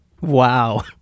Wow